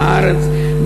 בארץ,